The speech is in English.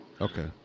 Okay